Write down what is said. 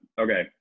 Okay